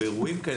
למשל,